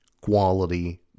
quality